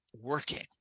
working